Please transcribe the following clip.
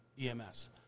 EMS